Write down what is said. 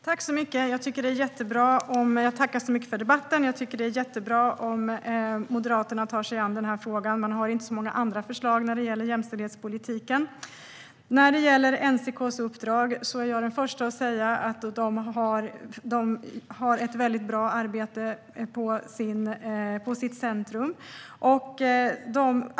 Herr talman! Jag tackar för debatten. Det är mycket bra om Moderaterna tar sig an frågan. Man har inte så många andra förslag när det gäller jämställdhetspolitiken. När det gäller NCK:s uppdrag är jag den första att säga att centrumet gör ett bra arbete.